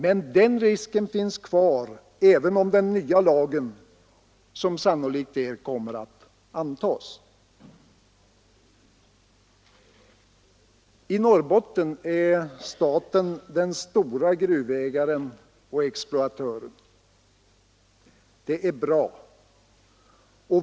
Men den risken finns kvar, även om den nya lagen — som sannolikt är — kommer att antas. I Norrbotten är staten den stora gruvägaren och exploatören. Det är bra.